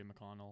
McConnell